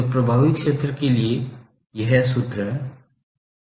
तो प्रभावी क्षेत्र के लिए यह सूत्र है